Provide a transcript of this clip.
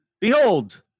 behold